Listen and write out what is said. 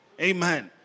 Amen